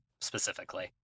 specifically